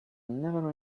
never